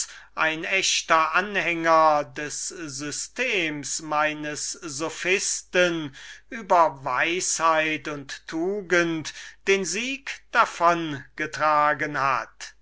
ein echter anhänger des systems meines sophisten ob er gleich nicht fähig wäre es so zusammenhängend und scheinbar vorzutragen über weisheit und tugend den sieg davon getragen hat